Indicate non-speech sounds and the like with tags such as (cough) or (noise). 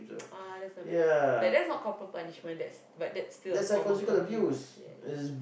(noise) ah that's not very nice like that's not corporal punishment that's but that's still a form of abuse yes